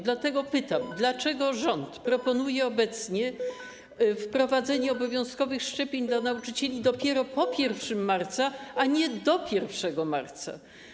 Dlatego pytam, dlaczego rząd proponuje obecnie wprowadzenie obowiązkowych szczepień dla nauczycieli dopiero po 1 marca, a nie do 1 marca.